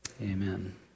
Amen